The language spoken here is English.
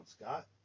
Scott